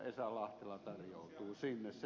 esa lahtela tarjoutuu sinne